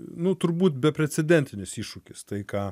nu turbūt beprecedentinis iššūkis tai ką